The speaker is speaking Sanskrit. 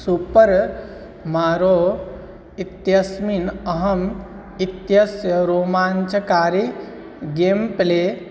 सुपर् मारो इत्यस्मिन् अहम् इत्यस्य रोमाञ्चकारी गेम् प्ले